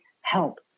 help